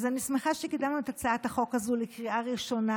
אז אני שמחה שקידמנו את הצעת החוק הזו לקריאה ראשונה.